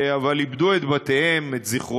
אבל הם איבדו את בתיהם, את זיכרונותיהם,